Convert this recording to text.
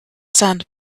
sand